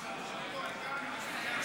פרשנות,